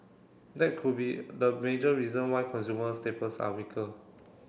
that could be the major reason why consumer staples are weaker